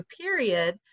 period